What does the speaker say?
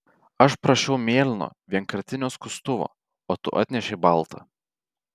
aš prašiau mėlyno vienkartinio skustuvo o tu atnešei baltą